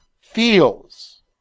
feels